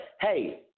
hey